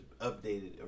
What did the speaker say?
updated